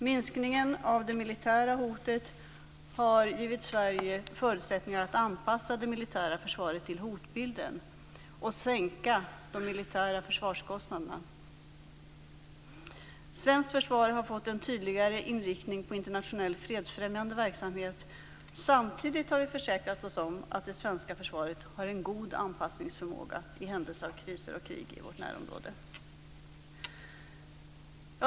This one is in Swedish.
Minskningen av det militära hotet har givit Sverige förutsättningar att anpassa det militära försvaret till hotbilden och sänka de militära försvarskostnaderna. Svenskt försvar har fått en tydligare inriktning på internationell fredsfrämjande verksamhet. Samtidigt har det försäkrat oss om att det svenska försvaret har en god anpassningsförmåga i händelse av kriser och krig i vårt närområde.